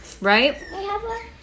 Right